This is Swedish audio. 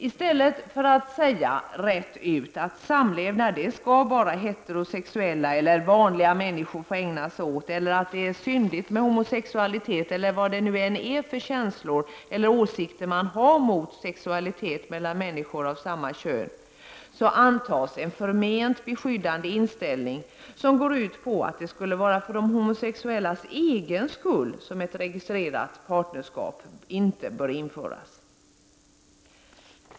I stället för att säga rätt ut att samlevnad skall bara heterosexuella eller ”vanliga” människor få ägna sig åt, eller att det är syndigt med homosexualitet eller vad det nu är för känslor eller åsikter man har mot sexualitet mellan människor av samma kön, antas en förment beskyddande inställning som går ut på att det skulle vara för de homosexuellas egen skull som ett registrerat partnerskap inte bör införas.